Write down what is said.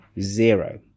zero